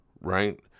right